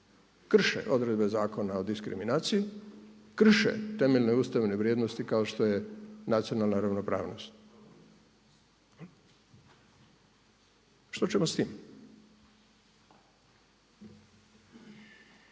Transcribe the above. krše odredbe Zakona o diskriminaciji, krše temeljne ustavne vrijednosti kao što je nacionalna ravnopravnost. Što ćemo s tim?